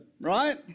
right